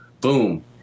boom